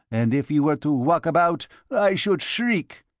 and if you were to walk about i should shriek.